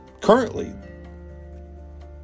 Currently